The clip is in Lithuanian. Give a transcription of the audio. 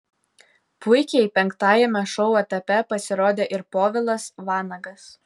puikiai penktajame šou etape pasirodė ir povilas vanagas